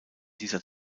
dieser